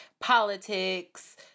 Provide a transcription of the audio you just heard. politics